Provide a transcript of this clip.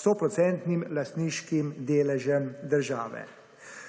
sto procentnim lastniškim deležem države.